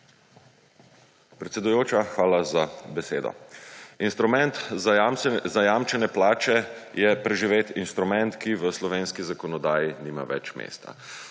Predsedujoča, hvala za besedo. Instrument zajamčene plače je preživet instrument, ki v slovenski zakonodaji nima več mesta.